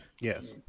Yes